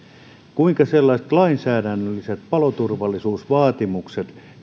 kuinka käy sellaisten lainsäädännöllisten paloturvallisuusvaatimusten